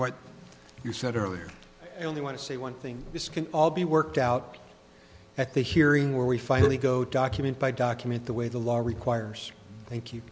what you said earlier you only want to say one thing this can all be worked out at the hearing where we finally go document by document the way the law requires thank you